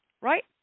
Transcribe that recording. right